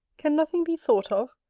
can nothing be thought of?